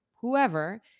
whoever